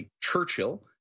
Churchill